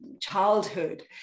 childhood